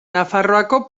nafarroako